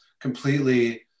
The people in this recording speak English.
completely